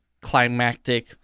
climactic